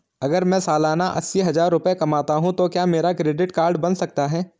अगर मैं सालाना अस्सी हज़ार रुपये कमाता हूं तो क्या मेरा क्रेडिट कार्ड बन सकता है?